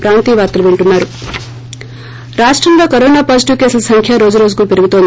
break రాష్టంలో corona positive కేసుల సంఖ్య రోజు రోజుకు పెరుగుతోంది